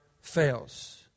fails